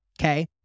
okay